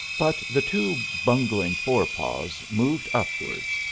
but the two bungling fore-paws moved upwards,